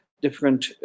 different